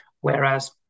whereas